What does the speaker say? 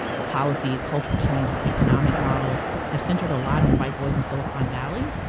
policy, cultural change, the economic models, have centered a lot on white boys in silicon valley.